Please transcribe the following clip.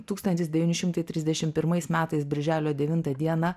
tūkstantis devyni šimtai trisdešim pirmais metais birželio devintą diena